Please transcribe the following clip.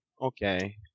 Okay